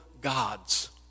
gods